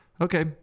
Okay